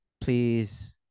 please